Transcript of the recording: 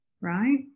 Right